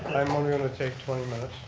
i'm only going to take twenty minutes.